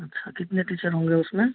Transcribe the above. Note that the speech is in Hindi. अच्छा कितने टीचर होंगे उसमें